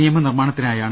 നിയമനിർമ്മാണത്തിനായാണ്